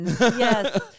Yes